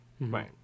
Right